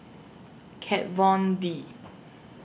Kat Von D